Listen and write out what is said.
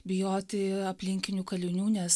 bijoti aplinkinių kalinių nes